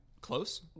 Close